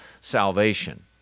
salvation